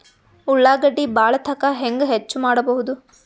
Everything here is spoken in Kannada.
ಉಳ್ಳಾಗಡ್ಡಿ ಬಾಳಥಕಾ ಹೆಂಗ ಹೆಚ್ಚು ಮಾಡಬಹುದು?